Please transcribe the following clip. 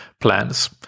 plans